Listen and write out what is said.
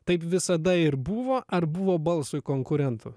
taip visada ir buvo ar buvo balsui konkurentų